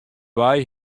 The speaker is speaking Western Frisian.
wei